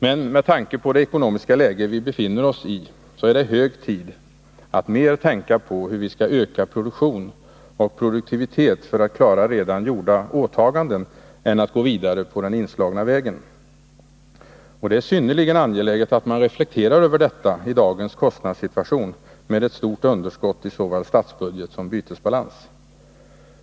Men med tanke på det ekonomiska läge vi befinner oss i är det hög tid att mer tänka på hur vi skall öka produktion och produktivitet för att klara redan gjorda åtaganden än att gå vidare på den inslagna vägen. Det är synnerligen angeläget att man reflekterar över detta i dagens kostnadssituation med ett stort underskott i såväl statsbudget som bytesbalans.